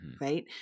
Right